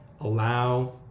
allow